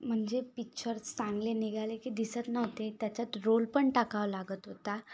म्हणजे पिच्चर चांगले निघाले की दिसत नव्हते त्याच्यात रोल पण टाकावा लागत होता